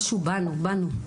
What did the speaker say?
משהו בנו, בנו,